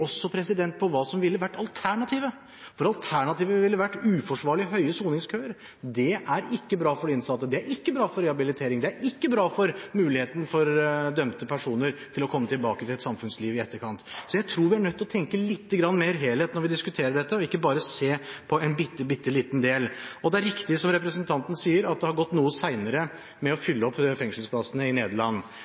på hva som ville vært alternativet, for alternativet ville vært uforsvarlig høye soningskøer. Det er ikke bra for de innsatte, det er ikke bra for rehabilitering, det er ikke bra for muligheten for dømte personer til å komme tilbake til samfunnslivet i etterkant. Jeg tror vi er nødt til å tenke lite grann mer helhet når vi diskuterer dette, ikke bare se på en bitte, bitte liten del. Det er riktig som representanten sier, at det har gått noe senere med å fylle opp fengselsplassene i Nederland,